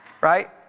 Right